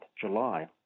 july